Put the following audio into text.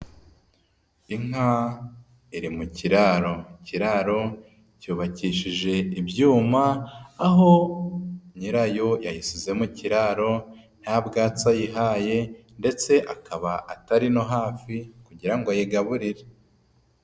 Inka iri mu kiraro, ikiraro cyubakishije ibyuma aho nyirayo yayisize mu kiraro ntabwatsi ayihaye ndetse akaba atari no hafi kugira ngo ayigaburire.